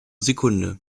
sekunde